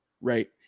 right